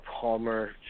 Palmer